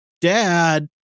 Dad